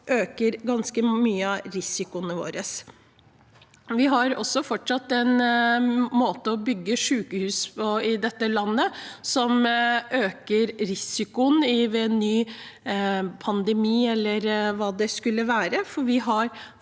øker risikoene våre ganske mye. Vi har også fortsatt en måte å bygge sykehus på i dette landet som øker risikoen ved en ny pandemi eller hva det skulle være,